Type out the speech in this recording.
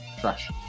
Trash